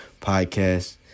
podcast